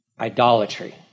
idolatry